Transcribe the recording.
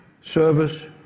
service